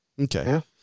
Okay